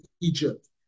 Egypt